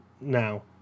now